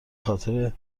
خاطر